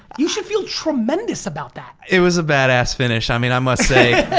you should feel tremendous about that. it was a badass finish. i mean i must say,